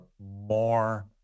more